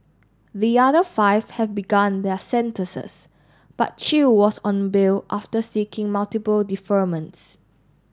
the other five have begun their sentences but Chew was on bail after seeking multiple deferments